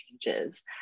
changes